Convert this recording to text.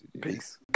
peace